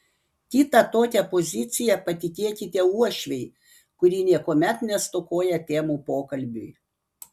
kitą tokią poziciją patikėkite uošvei kuri niekuomet nestokoja temų pokalbiui